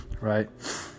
right